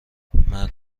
مرد